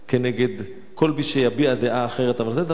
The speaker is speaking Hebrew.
כנגד כל מי שיביע דעה אחרת, אבל זה דבר אחד.